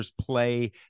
play